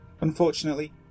Unfortunately